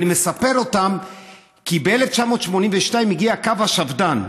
אני מספר אותם כי ב-1982 הגיע קו השפד"ן.